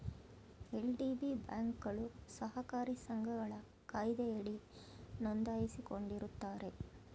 LDB ಬ್ಯಾಂಕ್ಗಳು ಸಹಕಾರಿ ಸಂಘಗಳ ಕಾಯ್ದೆಯಡಿ ನೊಂದಾಯಿಸಿಕೊಂಡಿರುತ್ತಾರೆ